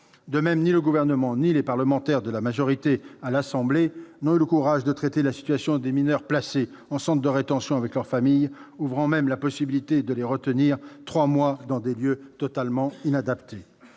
De même, ni le Gouvernement ni les parlementaires de la majorité à l'Assemblée nationale n'ont eu le courage de traiter la situation des mineurs placés en centre de rétention avec leur famille, ouvrant même la possibilité de les retenir trois mois, dans des lieux totalement inadaptés.